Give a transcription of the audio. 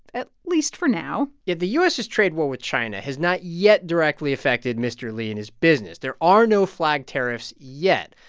at least for now yeah. the u s s trade war with china has not yet directly affected mr. li and his business. there are no flag tariffs yet.